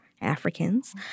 Africans